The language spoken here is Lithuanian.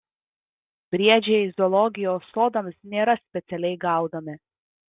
briedžiai zoologijos sodams nėra specialiai gaudomi